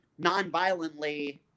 nonviolently